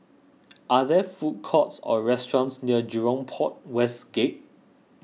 are there food courts or restaurants near Jurong Port West Gate